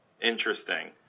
Interesting